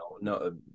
no